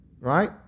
right